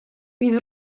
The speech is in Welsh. bydd